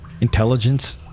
Intelligence